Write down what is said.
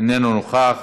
אינו נוכח,